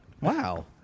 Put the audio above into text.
Wow